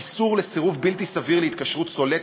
איסור סירוב בלתי סביר להתקשרות סולק